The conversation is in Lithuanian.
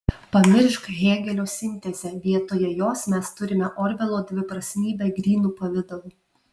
pamiršk hėgelio sintezę vietoje jos mes turime orvelo dviprasmybę grynu pavidalu